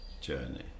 journey